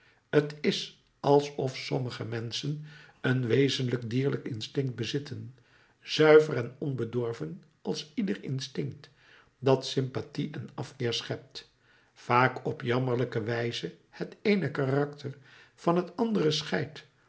t is alsof sommige menschen een wezenlijk dierlijk instinct bezitten zuiver en onbedorven als ieder instinct dat sympathie en afkeer schept vaak op jammerlijke wijze het eene karakter van het andere scheidt